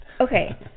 okay